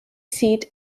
seat